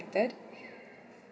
~ed